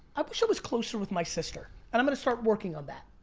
i wish i was closer with my sister and i'm gonna start working on that,